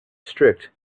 strict